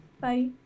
bye